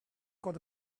got